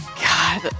God